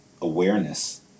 awareness